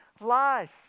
life